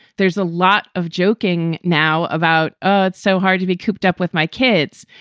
there's a lot of joking now about. ah it's so hard to be cooped up with my kids.